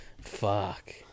Fuck